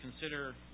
Consider